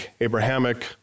Abrahamic